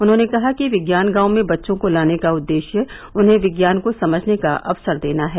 उन्होंने कहा कि विज्ञान गांव में बच्चों को लाने का उददेष्य उन्हें विज्ञान को समझने का अवसर देना है